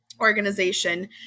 organization